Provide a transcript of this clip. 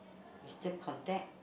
you still contact